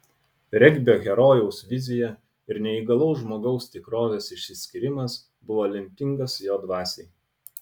regbio herojaus vizija ir neįgalaus žmogaus tikrovės išsiskyrimas buvo lemtingas jo dvasiai